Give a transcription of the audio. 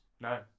No